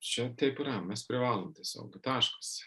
čia taip yra mes privalom tiesiog taškas